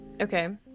Okay